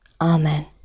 Amen